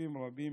שותפים רבים